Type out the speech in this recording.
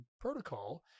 protocol